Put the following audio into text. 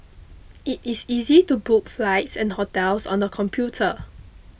it is easy to book flights and hotels on the computer